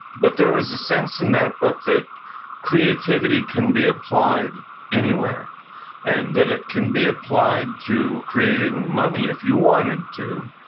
but there was a sentence in that book that creativity can be applied anywhere and that it can be applied to creating money if you wanted to.